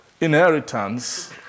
inheritance